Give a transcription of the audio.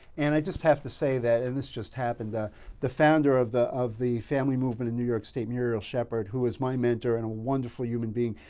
and i just have to say that and this just happened the the founder of the of the family movement in new york state, muriel shepherd who was my mentor and a wonderful human being,